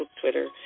Twitter